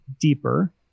deeper